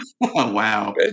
wow